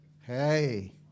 hey